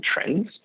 trends